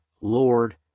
Lord